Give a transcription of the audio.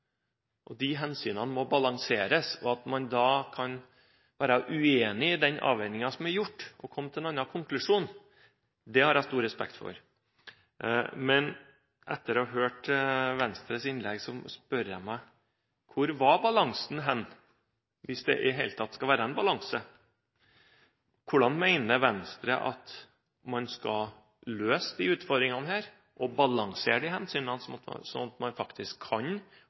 hensyn. De hensynene må balanseres, og at man da kan være uenig i den avveiningen som er gjort og komme til en annen konklusjon, har jeg stor respekt for. Men etter å ha hørt Venstres innlegg, spør jeg meg: Hvor var balansen hen, hvis det i det hele tatt skal være en balanse? Hvordan mener Venstre at man skal løse utfordringene her og balansere hensynene, slik at man faktisk kan